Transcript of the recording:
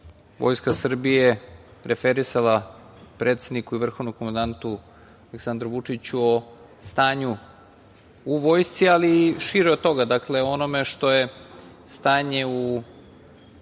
Vojska Srbije referisali predsedniku i vrhovnom komandantu Aleksandru Vučiću o stanju u vojsci, ali i šire od toga, dakle, o onome što je stanje u